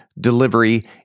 delivery